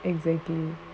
exactly